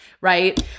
right